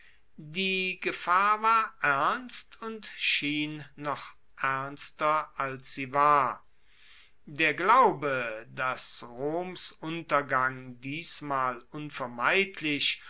die gefahr war ernst und schien noch ernster als sie war der glaube dass roms untergang diesmal unvermeidlich